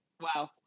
wow